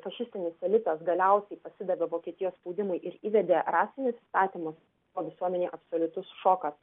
fašistinis elitas galiausiai pasidavė vokietijos spaudimui ir įvedė rasinius įstatymus o visuomenei absoliutus šokas